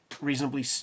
reasonably